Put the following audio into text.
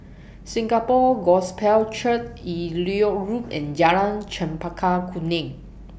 Singapore Gospel Church Elliot Road and Jalan Chempaka Kuning